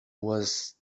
was